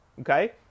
okay